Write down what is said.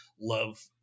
love